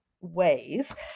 ways